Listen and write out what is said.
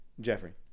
Jeffrey